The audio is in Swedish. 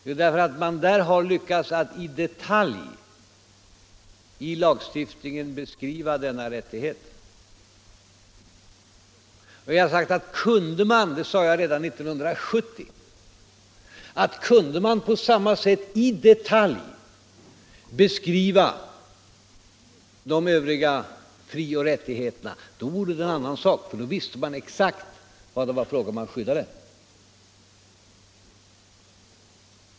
Jo, därför att man där har lyckats att i detalj i lagstiftningen beskriva den rättigheten. Och vi har sagt — det sade jag redan 1970 — att kunde man på samma sätt i detalj beskriva de övriga frioch rättigheterna, så var det en annan sak. För då visste man exakt vad det var fråga om att skydda.